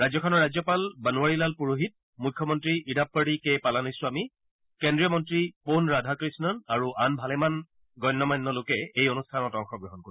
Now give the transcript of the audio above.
ৰাজ্যখনৰ ৰাজ্যপাল বনোৱাৰী লাল পুৰোহিত মুখ্যমন্ত্ৰী ইডাপ্পড়ি কে পালানীস্বামী কেজ্ৰীয় মন্ত্ৰী প'ন ৰাধাকৃষ্ণ আৰু আন ভালেমান গণ্য মান্য লোকে এই অনুষ্ঠানত অংশগ্ৰহণ কৰিব